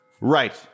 right